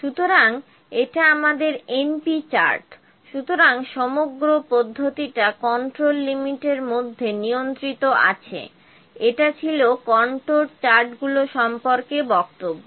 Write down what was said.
সুতরাং এটা আমাদের np চার্ট সুতরাং সমগ্র পদ্ধতিটা কন্ট্রোল লিমিটের মধ্যে নিয়ন্ত্রিত আছে এটা ছিল কন্ট্রোল চার্টগুলো সম্পর্কে বক্তব্য